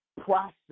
process